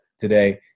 today